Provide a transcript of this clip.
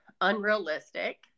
unrealistic